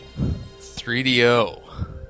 3DO